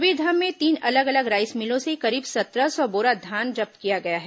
कबीरधाम में तीन अलग अलग राईस मिलों से करीब सत्रह सौ बोरा धान जब्त किया गया है